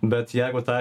bet jeigu ta